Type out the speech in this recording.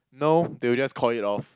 no they will just call it off